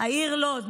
העיר לוד,